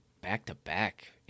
back-to-back